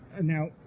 now